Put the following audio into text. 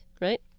right